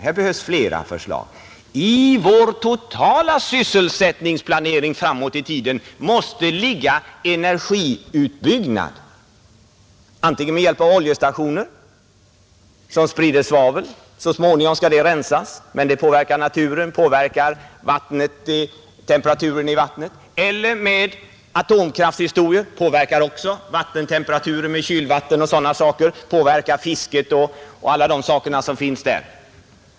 Här behövs flera förslag. I vår totala sysselsättningsplanering framåt i tiden måste ligga energiutbyggnad antingen med oljekraftstationer som sprider svavel — vilket så småningom skall rensas och påverkar naturen, påverkar temperaturen i vattnet — eller med atomkraftstationer, vilka också påverkar vattentemperaturen genom kylvatten o. d., påverkar fisket osv.